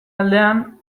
aldean